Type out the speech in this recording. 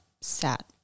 sat